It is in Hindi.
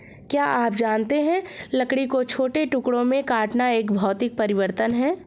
क्या आप जानते है लकड़ी को छोटे टुकड़ों में काटना एक भौतिक परिवर्तन है?